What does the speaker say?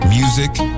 Music